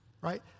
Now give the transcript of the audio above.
right